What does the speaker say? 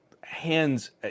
hands